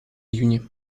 июне